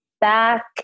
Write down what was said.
Back